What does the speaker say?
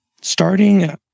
starting